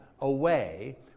away